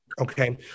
Okay